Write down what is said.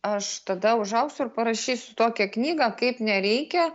aš tada užaugsiu ir parašysiu tokią knygą kaip nereikia